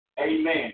Amen